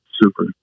super